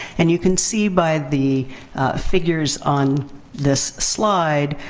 and you can see, by the figures on this slide,